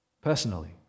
Personally